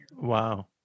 Wow